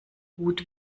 gut